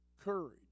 courage